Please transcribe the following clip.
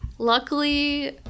Luckily